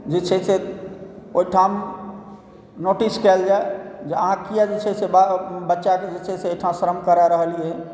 जे छै से ओहिठाम नोटिस कयल जाए जे अहाँ किया जे छै से बच्चाकेँ जे चाही से एहिठाम श्रम करा रहलियैया